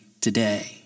today